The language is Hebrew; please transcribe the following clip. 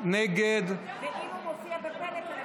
התשפ"ב 2021,